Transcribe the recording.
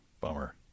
Bummer